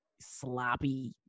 sloppy